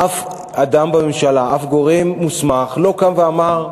אף אדם בממשלה, אף גורם מוסמך, לא קם ואמר,